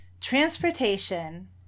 Transportation